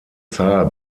zahl